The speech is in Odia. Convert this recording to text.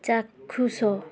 ଚାକ୍ଷୁଷ